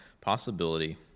possibility